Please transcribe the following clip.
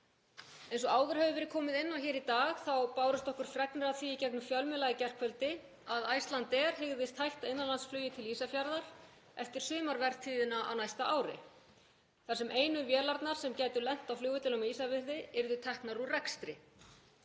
Eins og áður hefur verið komið inn á hér í dag þá bárust okkur fregnir af því í gegnum fjölmiðla í gærkvöldi að Icelandair hygðist hætta innanlandsflugi til Ísafjarðar eftir sumarvertíðina á næsta ári þar sem einu vélarnar sem gætu lent á flugvellinum á Ísafirði yrðu teknar úr rekstri.